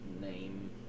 Name